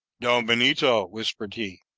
don benito, whispered he,